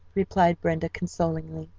replied brenda, consolingly,